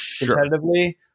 competitively